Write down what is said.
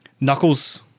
Knuckles